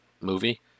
movie